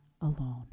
alone